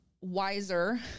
wiser